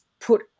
put